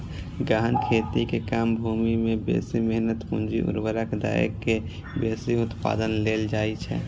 गहन खेती मे कम भूमि मे बेसी मेहनत, पूंजी, उर्वरक दए के बेसी उत्पादन लेल जाइ छै